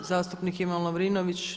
Zastupnik Ivan Lovrinović.